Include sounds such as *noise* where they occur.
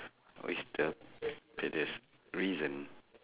*breath* what is the pettiest reason